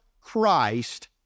Christ